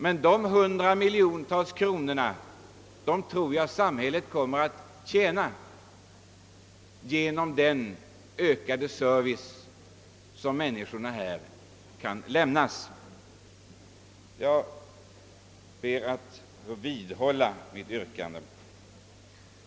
Men dessa hundratals miljoner kronor tror jag att samhället kommer att tjäna in genom den ökade service som kan ges människorna. Jag ber att få vidhålla mitt yrkande. Som tiden nu var långt framskriden beslöt kammaren på förslag av herr talmannen att uppskjuta behandlingen av återstående på föredragningslistan upptagna ärenden till kammarens sammanträde fredagen den 11 innevarande april.